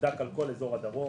שנבדק על כל אזור הדרום.